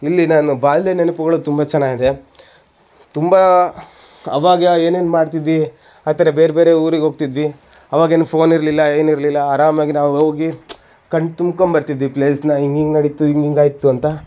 ಇಲ್ಲಿ ನಾನು ಬಾಲ್ಯ ನೆನಪುಗಳು ತುಂಬ ಚೆನ್ನಾಗಿದೆ ತುಂಬ ಆವಾಗ ಏನೇನು ಮಾಡ್ತಿದ್ವಿ ಆ ಥರ ಬೇರೆ ಬೇರೆ ಊರಿಗೆ ಹೋಗ್ತಿದ್ವಿ ಆವಾಗೇನು ಫೋನ್ ಇರಲಿಲ್ಲ ಏನಿರಲಿಲ್ಲ ಆರಾಮಾಗಿ ನಾವು ಹೋಗಿ ಕಣ್ತುಂಬ್ಕೊಂಬರ್ತಿದ್ವಿ ಪ್ಲೇಸನ್ನು ಹೀಗೆ ಹೀಗೆ ನಡೀತು ಹೀಗೆ ಹೀಗಾಯಿತು ಅಂತ